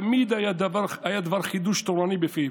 תמיד היה דבר חידוש תורני בפיו,